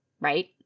right